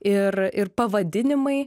ir ir pavadinimai